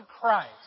Christ